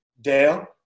Dale